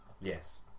Yes